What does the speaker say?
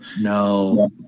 No